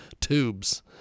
tubes